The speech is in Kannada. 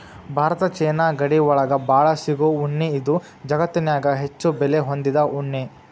ಭಾರತ ಚೇನಾ ಗಡಿ ಒಳಗ ಬಾಳ ಸಿಗು ಉಣ್ಣಿ ಇದು ಜಗತ್ತನ್ಯಾಗ ಹೆಚ್ಚು ಬೆಲೆ ಹೊಂದಿದ ಉಣ್ಣಿ